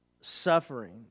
suffering